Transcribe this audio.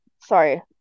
Sorry